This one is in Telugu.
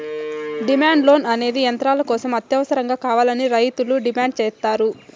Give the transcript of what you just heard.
డిమాండ్ లోన్ అనేది యంత్రాల కోసం అత్యవసరంగా కావాలని రైతులు డిమాండ్ సేత్తారు